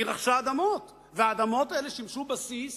והיא רכשה אדמות, והאדמות האלה שימשו בסיס